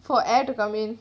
for air to come in